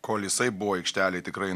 kol jisai buvo aikštelėj tikrai